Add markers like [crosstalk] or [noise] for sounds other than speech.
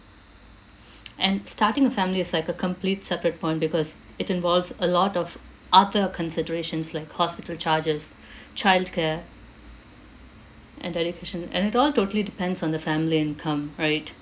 [noise] and starting a family is like a complete separate point because it involves a lot of other considerations like hospital charges child care and education and it all totally depends on the family income right